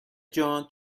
جان